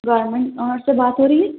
garment owner سے بات ہو رہی ہے